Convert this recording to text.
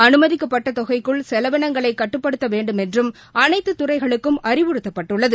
அனுமதிக்கப்பட்டதொகைக்குள் செலவினங்களைகட்டுப்படுத்தவேண்டுமென்றும் அனைத்துதுறைகளுக்கும் அறிவுறுத்தப்பட்டுள்ளது